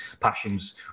passions